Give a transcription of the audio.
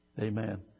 Amen